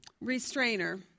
Restrainer